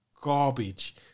garbage